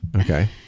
Okay